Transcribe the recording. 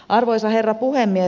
arvoisa herra puhemies